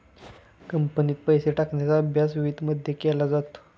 कंपनीत पैसे टाकण्याचा अभ्यास वित्तमध्ये केला जातो